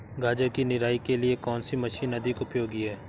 गाजर की निराई के लिए कौन सी मशीन अधिक उपयोगी है?